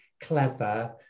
clever